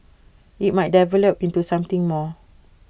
IT might develop into something more